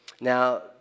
Now